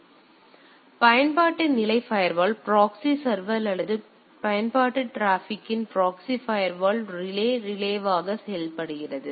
எனவே பயன்பாட்டு நிலை ஃபயர்வால் ப்ராக்ஸி சர்வர் அல்லது பயன்பாட்டு டிராபிக் இன் ப்ராக்ஸி ஃபயர்வால் ரிலே ரிலேவாக செயல்படுகிறது